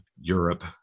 Europe